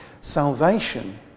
Salvation